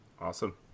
Awesome